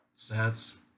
Stats